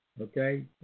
Okay